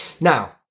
Now